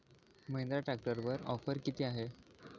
महिंद्रा ट्रॅक्टरवर ऑफर किती आहे?